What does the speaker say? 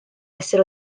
essere